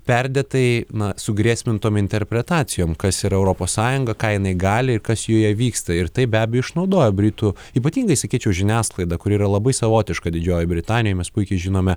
perdėtai na sugrėsmintom interpretacijom kas yra europos sąjunga ka jinai gali kas joje vyksta ir tai be abejo išnaudojo britų ypatingai sakyčiau žiniasklaidą kuri yra labai savotiška didžiojoj britanijoj mes puikiai žinome